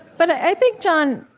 but i think, jon,